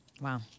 wow